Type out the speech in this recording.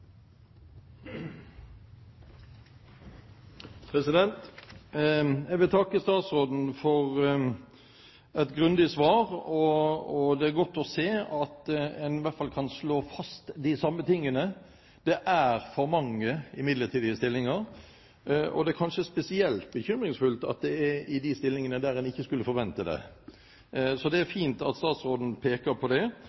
godt å se at man iallfall kan slå fast det samme: Det er for mange i midlertidige stillinger. Det er kanskje spesielt bekymringsfullt at det er i de stillingene man ikke skulle forvente det. Så det er